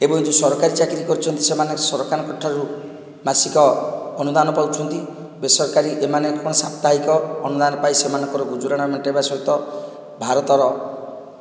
ଏବଂ ଯିଏ ସରକାରୀ ଚାକିରୀ କରିଛନ୍ତି ସେମାନେ ସରକାରଙ୍କ ଠାରୁ ମାସିକ ଅନୁଦାନ ପାଉଛନ୍ତି ବେସରକାରୀ ଏମାନେ ସାପ୍ତାହିକ ଅନୁଦାନ ପାଇଁ ସେମାନଙ୍କର ଗୁଜୁରାଣ ମେଣ୍ଟାଇବା ସହିତ ଭାରତର